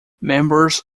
members